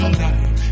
life